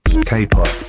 K-pop